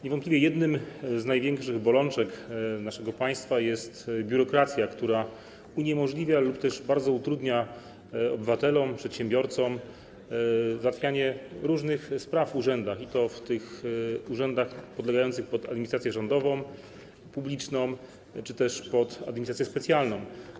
Niewątpliwie jedną z największych bolączek naszego państwa jest biurokracja, która uniemożliwia lub też bardzo utrudnia obywatelom, przedsiębiorcom załatwianie różnych spraw w urzędach, i to w tych urzędach podlegających pod administrację rządową, publiczną czy też pod administrację specjalną.